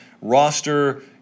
roster